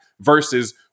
versus